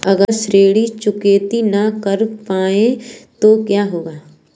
अगर ऋण चुकौती न कर पाए तो क्या होगा?